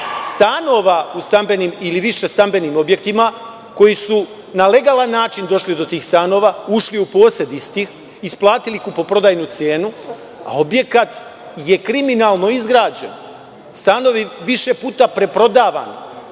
stanova u stambenim ili više stambenih objekata koji su na legalan način došli do tih stanova, ušli u posed istih, isplatili kupoprodajnu cenu, a objekat je kriminalno izgrađen, stanovi više puta prodavani?